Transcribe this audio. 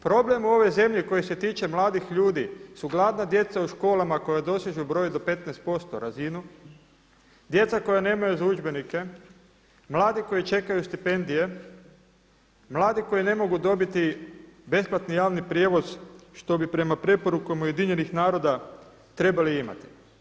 Problem je u ovoj zemlji koji se tiče mladih ljudi su gladna djeca u školama koja dosežu broj do 15% razinu, djeca koja nemaju za udžbenike, mladi koji čekaju stipendije, mladi koji ne mogu dobiti besplatni javni prijevoz što bi prema preporukama UN-a trebali imati.